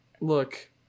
look